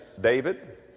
David